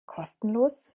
kostenlos